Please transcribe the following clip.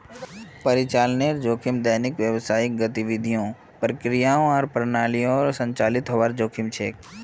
परिचालनेर जोखिम दैनिक व्यावसायिक गतिविधियों, प्रक्रियाओं आर प्रणालियोंर संचालीतेर हबार जोखिम छेक